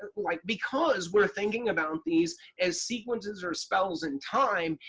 like, because we're thinking about these as sequences or spells in time,